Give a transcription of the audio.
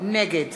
נגד